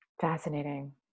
fascinating